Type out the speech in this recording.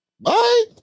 Bye